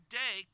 day